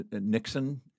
Nixon